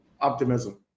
optimism